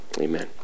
Amen